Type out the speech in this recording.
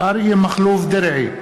אריה מכלוף דרעי,